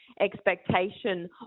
expectation